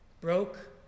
broke